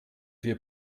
wir